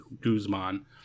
Guzman